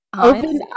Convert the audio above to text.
open